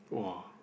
[wah]